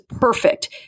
perfect